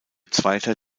zweiter